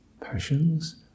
passions